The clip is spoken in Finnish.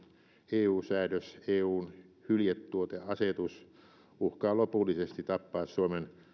eu säädös eun hyljetuoteasetus uhkaa lopullisesti tappaa suomen